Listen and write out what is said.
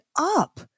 up